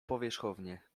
powierzchownie